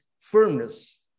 Firmness